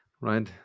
right